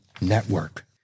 network